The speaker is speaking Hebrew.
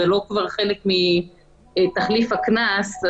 זה כבר לא חלק מתחליף הקנס.